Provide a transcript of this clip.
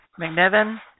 McNevin